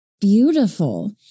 beautiful